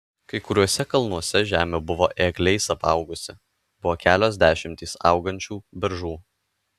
kai kuriuose kalnuose žemė buvo ėgliais apaugusi buvo kelios dešimtys augančių beržų